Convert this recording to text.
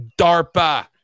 DARPA